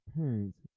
parents